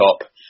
top